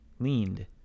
leaned